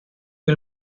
que